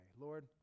Lord